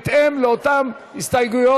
18 בעד, 12 מתנגדים.